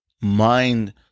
mind